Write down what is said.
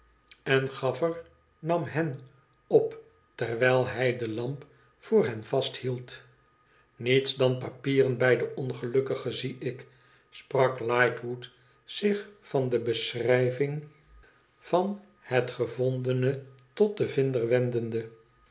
en gaffer nam hen op terwijl hij de lamp voor hen vasthield niets dan papieren bij den ongelukkige zie ik sprak lightwood zich van de beschrijving van het gevondene tot den vinder wendende